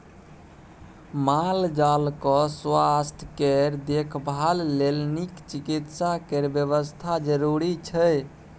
माल जाल केँ सुआस्थ केर देखभाल लेल नीक चिकित्सा केर बेबस्था जरुरी छै